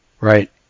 Right